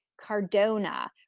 cardona